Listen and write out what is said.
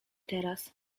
teraz